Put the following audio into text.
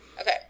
Okay